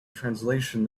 translation